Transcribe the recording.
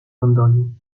gondoli